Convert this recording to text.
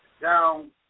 down